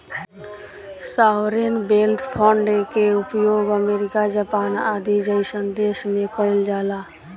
sovereign wealth fund के उपयोग America Japan आदि जईसन देश में कइल जाला